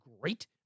great